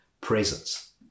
presence